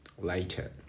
later